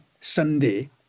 Sunday